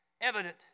Evident